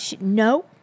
No